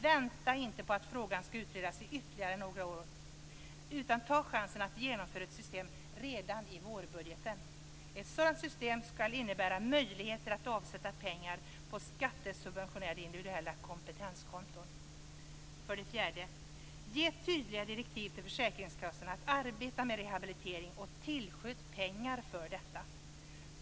Vänta inte på att frågan ska utredas i ytterligare några år, utan ta chansen att genomföra ett system redan i vårbudgeten! Ett sådant system ska innebära möjligheter att avsätta pengar på skattesubventionerade individuella kompetenskonton. För det fjärde: Ge tydliga direktiv till försäkringskassorna att arbeta med rehabilitering, och tillskjut pengar för detta!